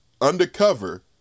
undercover